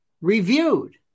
reviewed